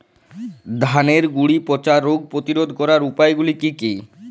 ধানের গুড়ি পচা রোগ প্রতিরোধ করার উপায়গুলি কি কি?